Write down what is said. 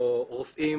או רופאים